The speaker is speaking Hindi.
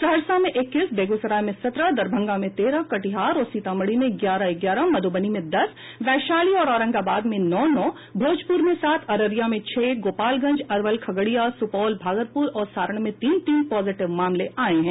सहरसा में इक्कीस बेगूसराय में सत्रह दरभंगा में तेरह कटिहार और सीतामढ़ी में ग्यारह ग्यारह मधुबनी में दस वैशाली और औरंगाबाद में नौ नौ भोजपुर में सात अररिया में छह गोपालगंज अरवल खगड़िया सुपौल भागलपुर और सारण में तीन तीन पॉजिटिव मामले आये हैं